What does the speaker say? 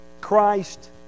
Christ